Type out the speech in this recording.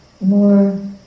more